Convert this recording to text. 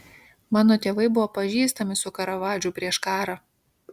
mano tėvai buvo pažįstami su karavadžu prieš karą